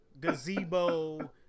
gazebo